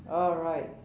alright